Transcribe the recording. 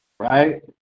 Right